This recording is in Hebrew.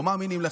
לא מאמינים לך,